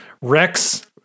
Rex